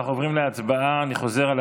אני חוזר: אנחנו עוברים להצבעה על הצעת